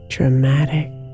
Dramatic